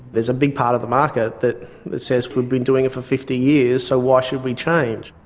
there's a big part of the market that says we've been doing it for fifty years, so why should we change?